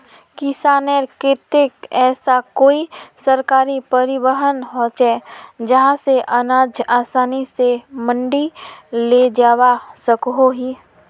किसानेर केते ऐसा कोई सरकारी परिवहन होचे जहा से अनाज आसानी से मंडी लेजवा सकोहो ही?